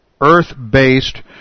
earth-based